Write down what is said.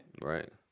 right